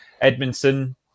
Edmondson